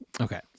okay